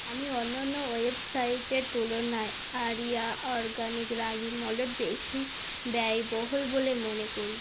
আমি অন্য অন্য ওয়েবসাইটের তুলনায় আরিয়া অরগানিক রাগি মলে বেশি ব্যয়বহুল বলে মনে করি